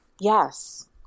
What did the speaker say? Yes